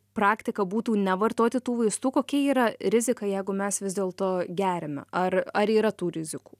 praktika būtų nevartoti tų vaistų kokia yra rizika jeigu mes vis dėlto geriame ar ar yra tų rizikų